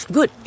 Good